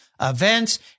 events